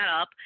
up